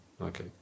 Okay